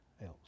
else